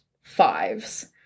fives